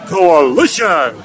Coalition